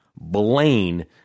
Blaine